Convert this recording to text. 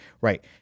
right